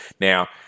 Now